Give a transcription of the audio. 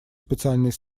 специальной